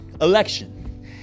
Election